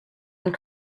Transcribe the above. and